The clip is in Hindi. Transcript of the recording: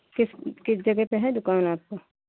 किस किस जगह पे है दुकान आपका